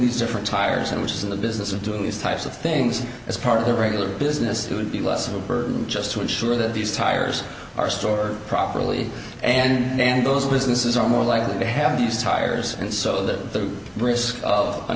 these different tires and which is in the business of doing these types of things as part of their regular business too and be less of a burden just to ensure that these tires are store properly and those businesses are more likely to have these tires and so the brisk of an